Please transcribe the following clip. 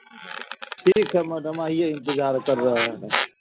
ठीक है मैडम आइए इंतजार कर रहे हैं